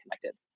connected